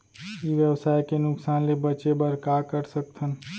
ई व्यवसाय के नुक़सान ले बचे बर का कर सकथन?